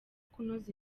kunoza